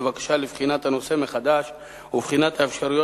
בבקשה לבחון את הנושא מחדש ולבחון את האפשרויות